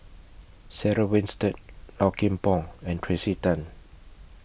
Sarah Winstedt Low Kim Pong and Tracey Tan